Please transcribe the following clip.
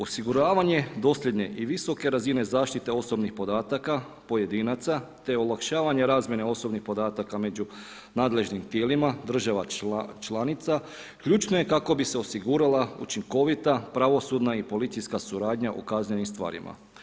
Osiguravanje dosljedne i visoke razine zaštite osobnih podataka pojedinaca, te olakšavanje razmjene osobnih podataka među nadležnim tijelima država članica ključno je kako bi se osigurala učinkovita pravosudna i policijska suradnja u kaznenim stvarima.